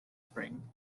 spring